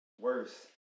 worse